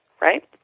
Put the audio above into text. right